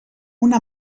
una